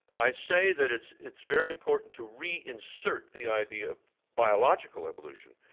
i say that it's it's very important to reinsert the idea of biological evolution,